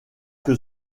que